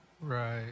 Right